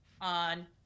on